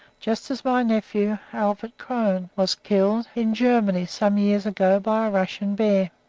just as my nephew, albert krone, was killed in germany some years ago by a russian bear.